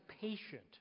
patient